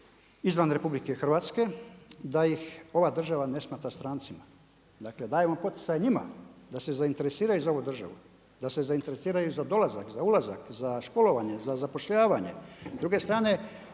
izvan RH, da ih ova država ne smatra strancima. Dakle, dajemo poticaj njima da se zainteresiraju za ovu državu da ste zainteresirani za dolazak, za ulazak, za školovanje, za zapošljavanje.